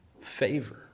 favor